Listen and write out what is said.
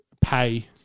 pay